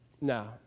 no